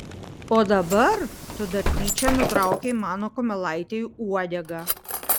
o dabar tu dar tyčia nutraukei mano kumelaitei uodegą